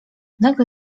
nagle